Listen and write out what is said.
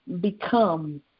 become